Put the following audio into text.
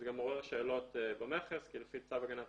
זה גם עורר שאלות במכס כי לפי צו הגנת